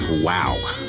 wow